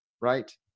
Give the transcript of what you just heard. right